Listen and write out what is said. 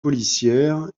policière